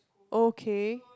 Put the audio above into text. okay